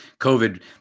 COVID